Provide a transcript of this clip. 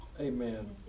Amen